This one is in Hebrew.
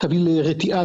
תודה רבה.